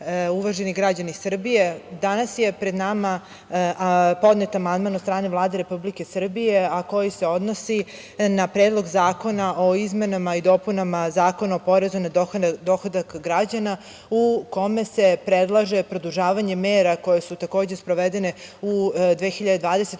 uvaženi građani Srbije. Danas je pred nama podnet amandman od strane Vlade Republike Srbije, a koji se odnosi na Predlog zakona o izmenama i dopunama Zakona o porezu na dohodak građana u kome se predlaže produžavanje mera koje su sprovedene u 2020.